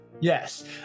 Yes